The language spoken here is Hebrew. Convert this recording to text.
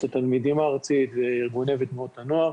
התלמידים הארצית וארגוני ותנועות הנוער.